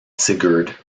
sigurd